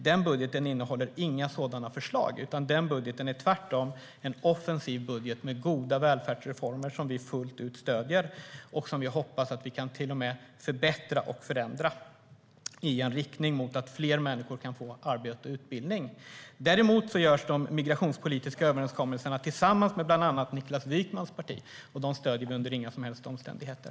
Den budgeten innehåller inga sådana förslag, utan den är tvärtom en offensiv budget med goda välfärdsreformer som vi fullt ut stöder. Vi hoppas att vi till och med kan förbättra och förändra dem i riktning mot att fler människor kan få arbete och utbildning. Däremot görs de migrationspolitiska överenskommelserna tillsammans med bland annat Niklas Wykmans parti, och dem stöder vi inte under några som helst omständigheter.